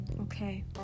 okay